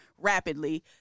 rapidly